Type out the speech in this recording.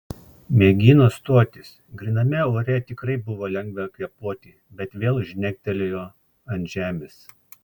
mėgino stotis gryname ore tikrai buvo lengva kvėpuoti bet vėl žnektelėjo ant žemės